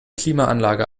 klimaanlage